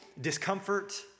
discomfort